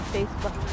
Facebook